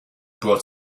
brought